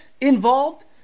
involved